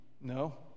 No